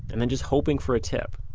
and then just hoping for a tip.